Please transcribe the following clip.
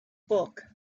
book